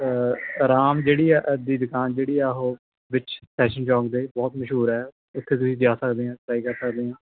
ਰਾਮ ਜਿਹੜੀ ਆ ਦੀ ਦੁਕਾਨ ਜਿਹੜੀ ਆ ਵਿੱਚ ਫੈਸ਼ਨ ਚੋਂਕ ਦੇ ਬਹੁਤ ਮਸ਼ਹੂਰ ਆ ਇੱਥੇ ਤੁਸੀਂ ਜਾ ਸਕਦੇ ਆ ਟ੍ਰਾਈ ਕਰ ਸਕਦੇ ਆ